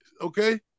okay